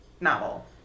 novel